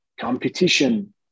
competition